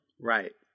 Right